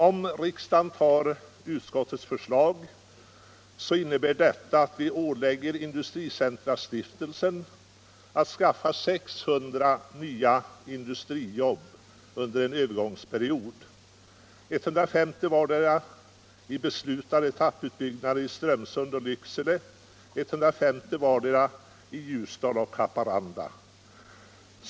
Om riksdagen bifaller utskottets förslag, så innebär detta att vi ålägger Stiftelsen Industricentra att skaffa 600 nya industrijobb under en begränsad övergångsperiod, nämligen 150 i vardera av redan beslutade etapputbyggnader i Strömsund och Lycksele och 150 vardera i Ljusdal och Haparanda.